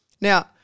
Now-